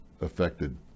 affected